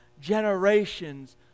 generations